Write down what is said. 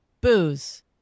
Booze